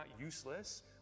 useless